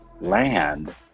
land